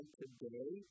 today